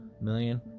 million